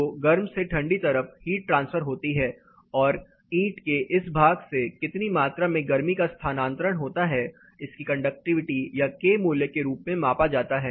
तो गर्म से ठंडी तरफ हीट ट्रांसफर होती है और ईंट के इस भाग से कितनी मात्रा में गर्मी का स्थानांतरण होता है इसकी कंडक्टिविटी या k मूल्य के रूप में मापा जाता है